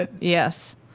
Yes